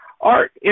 Art